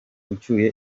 ucyuye